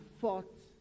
fought